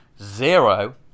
zero